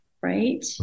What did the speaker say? right